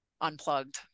unplugged